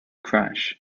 crash